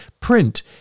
print